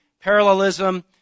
parallelism